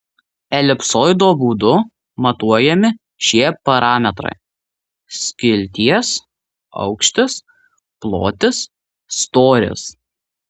elipsoido būdu matuojami šie parametrai skilties aukštis plotis storis